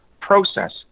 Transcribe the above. process